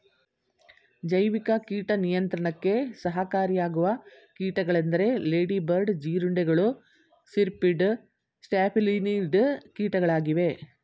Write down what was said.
ಜೈವಿಕ ಕೀಟ ನಿಯಂತ್ರಣಕ್ಕೆ ಸಹಕಾರಿಯಾಗುವ ಕೀಟಗಳೆಂದರೆ ಲೇಡಿ ಬರ್ಡ್ ಜೀರುಂಡೆಗಳು, ಸಿರ್ಪಿಡ್, ಸ್ಟ್ಯಾಫಿಲಿನಿಡ್ ಕೀಟಗಳಾಗಿವೆ